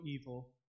evil